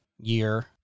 year